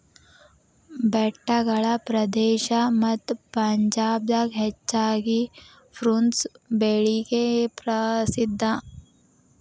ಬೆಟ್ಟಗಳ ಪ್ರದೇಶ ಮತ್ತ ಪಂಜಾಬ್ ದಾಗ ಹೆಚ್ಚಾಗಿ ಪ್ರುನ್ಸ್ ಬೆಳಿಗೆ ಪ್ರಸಿದ್ಧಾ